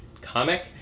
comic